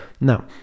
now